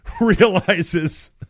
realizes